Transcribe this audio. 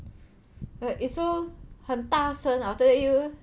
like it's so 很大声 after 又